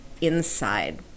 inside